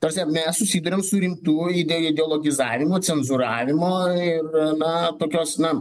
todėl mes susiduriam su rimtu ide ideologizavimu cenzūravimu ir na tokios na